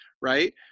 right